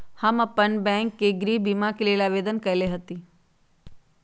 हम अप्पन बैंक में गृह बीमा के लेल आवेदन कएले हति